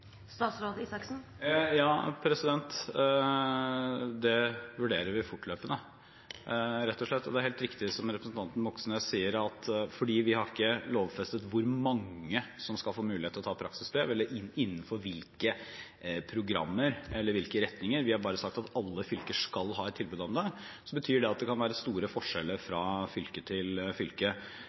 Ja, det vurderer vi fortløpende – rett og slett. Det er helt riktig som representanten Moxnes sier, at fordi vi ikke har lovfestet hvor mange som skal få muligheten til å ta praksisbrev, eller innenfor hvilke programmer eller hvilke retninger – vi har bare sagt at alle fylker skal ha et tilbud om det – kan det være store forskjeller fra fylke til